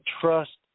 trust